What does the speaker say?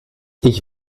ich